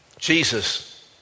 Jesus